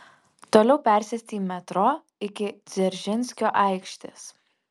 toliau persėsti į metro iki dzeržinskio aikštės